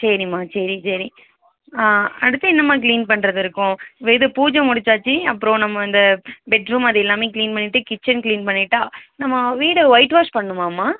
சரிம்மா சரி சரி ஆ அடுத்து என்னம்மா க்ளீன் பண்ணுறது இருக்கும் இப்போ இது பூஜை முடிச்சாச்சு அப்புறம் நம்ம இந்த பெட்ரூம் அதெல்லாமே க்ளீன் பண்ணிவிட்டு கிச்சன் க்ளீன் பண்ணிட்டால் நம்ம வீடை ஒயிட் வாஷ் பண்ணும்மாம்மா